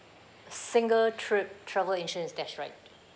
single trip travel insurance that's right